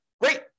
Great